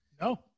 No